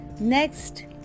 next